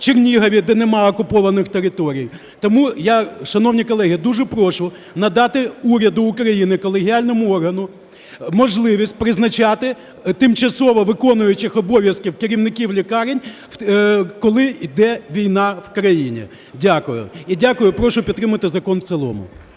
в Чернігові, де нема окупованих територій. Тому, шановні колеги, я дуже прошу надати уряду України, колегіальному органу, можливість призначати тимчасово виконуючих обов'язки керівників лікарень, коли йде війна в країні. Дякую. І дякую, і прошу підтримати закон в цілому.